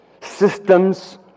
systems